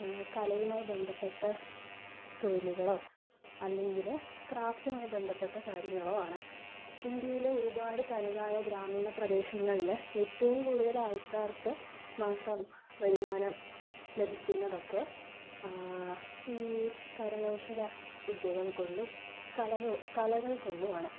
കലയുമായി ബന്ധപ്പെട്ട തൊഴിലുകളോ അല്ലെങ്കിൽ ക്രാഫ്റ്റുമായി ബന്ധപ്പെട്ട കാര്യങ്ങളോ ആണ് ഇന്ത്യയിലെ ഒരുപാട് തനതായ ഗ്രാമീണ പ്രദേശങ്ങളിൽ ഏറ്റവും കൂടുതൽ ആൾക്കാർക്ക് മാസ വരുമാനം ലഭിക്കുന്നതൊക്കെ ഈ കരകൗശല വിദ്യകൾ കൊണ്ടും കല കലകൾ കൊണ്ടും ആണ്